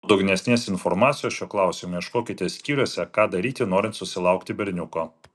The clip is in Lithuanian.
nuodugnesnės informacijos šiuo klausimu ieškokite skyriuose ką daryti norint susilaukti berniuko